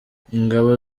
ingabo